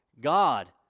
God